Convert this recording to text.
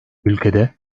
ülkede